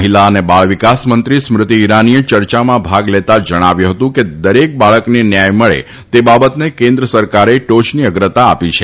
મહિલા અને બાળવિકાસ મંત્રી સ્મૃતિ ઈરાનીએ ચર્ચામાં ભાગ લેતા જણાવ્યું હતું કે દરેક બાળકને ન્યાય મળે તે બાબતને કેન્દ્ર સરકારે ટોયની અગ્રતા આપી છે